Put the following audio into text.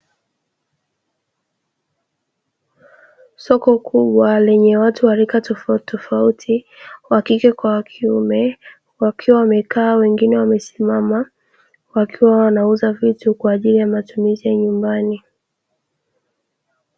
Soko kubwa lenye watu wa rika tofauti tofauti wakike kwa wakiume wakiwa wamekaa wengine wamesimama wakiwa wanauza vitu kwa ajili ya matumizi ya nyumbani.